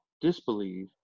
disbelieve